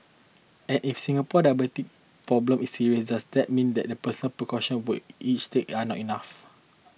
and if Singapore diabetes problem is serious does that mean that the personal precaution we each take are not enough